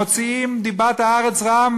הם מוציאים דיבת הארץ רעה,